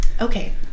okay